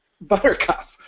Buttercup